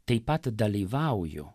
taip pat dalyvauju